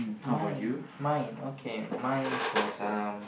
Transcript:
mine mine okay mine is for some